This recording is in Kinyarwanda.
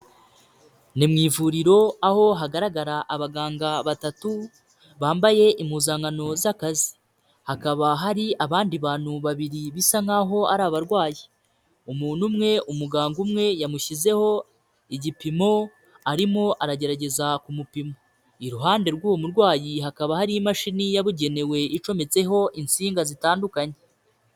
Ni mu ivuriro aho hagaragara abaganga batatu, bambaye impuzankano z'akazi, hakaba hari abandi bantu babiri bisa nk'aho ari abarwayi, umuntu umwe umuganga umwe yamushyizeho igipimo arimo aragerageza kumupima, iruhande rw'uwo murwayi hakaba hari imashini yabugenewe icometseho insinga zitandukanye.